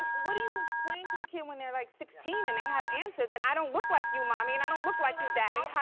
what do you explain to the kid when they are like sixteen and they have answers and i don't look like you mami, and i don't look like you daddy. how